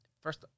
First